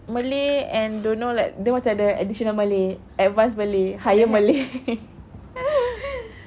malay and don't know like dia macam ada additional malay advanced malay higher malay